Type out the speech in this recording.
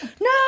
no